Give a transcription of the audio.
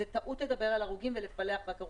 זו טעות לדבר על הרוגים ולפלח רק הרוגים.